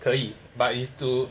可以 but is to